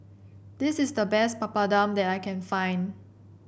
this is the best Papadum that I can find